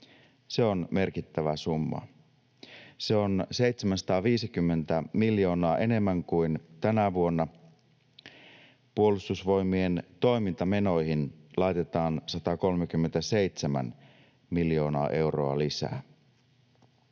Se on merkittävä summa. Se on 750 miljoonaa enemmän kuin tänä vuonna. Puolustusvoimien toimintamenoihin laitetaan 137 miljoonaa euroa lisää.